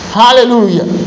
hallelujah